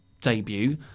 debut